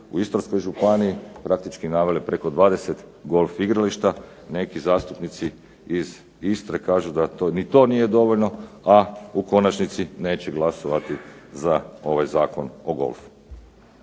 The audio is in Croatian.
u Istarskoj županiji praktički naveli preko 20 golf igrališta, neki zastupnici iz Istre kažu da ni to nije dovoljno, a u konačnici neće glasovati za ovaj Zakon o golfu.